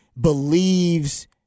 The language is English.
believes